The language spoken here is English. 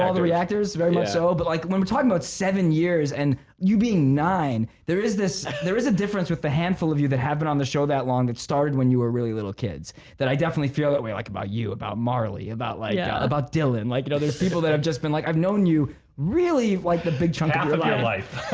ah the reactors very low so but like when we're talking about seven years and you being nine there is this there is a difference with the handful of you that have been on the show that long that's started when you were really little kids that i definitely feel that way like about you about marley about like yeah about dylan like you know there's people that have just been like i've known you really like a big chunk and of my life,